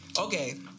Okay